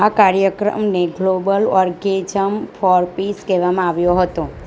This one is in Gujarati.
આ કાર્યક્રમને ગ્લોબલ ઓર્ગેઝમ ફોર પીસ કહેવામાં આવ્યો હતો